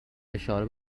اشاره